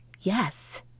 yes